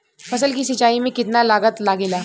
फसल की सिंचाई में कितना लागत लागेला?